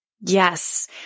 Yes